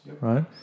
right